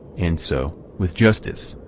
and so, with justice,